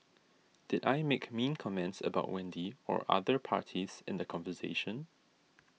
did I make mean comments about Wendy or other parties in the conversation